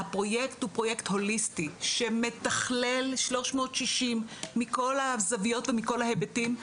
הפרויקט הוא פרויקט הוליסטי שמתכלל 360 מכל הזוויות ומכל ההיבטים,